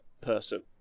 person